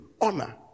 Honor